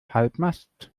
halbmast